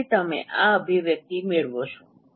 તેથી તમે આ અભિવ્યક્તિ મેળવો છો